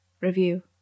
review